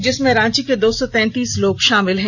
जिसमें रांची के दौ सौ तैंतीस लोग शामिल हैं